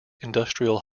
industrial